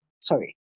sorry